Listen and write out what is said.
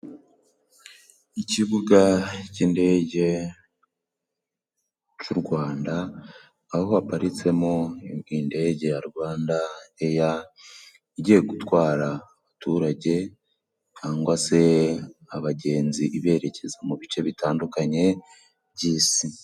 Ikibuga cy'indege c'u Rwanda aho haparitsemo indege ya Rwanda eya. Igiye gutwara abaturage cyangwa se abagenzi berekeza mu bice bitandukanye by'Isi.